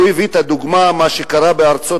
והוא הביא את הדוגמה, מה שקרה בארצות-הברית,